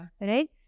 right